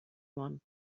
one